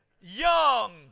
Young